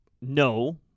no